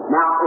Now